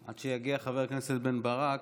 עד שיגיע חבר הכנסת בן ברק,